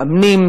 מאמנים,